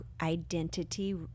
identity